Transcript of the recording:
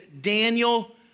Daniel